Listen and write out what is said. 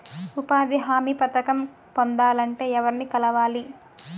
ఉపాధి హామీ పథకం పొందాలంటే ఎవర్ని కలవాలి?